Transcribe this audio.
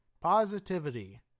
positivity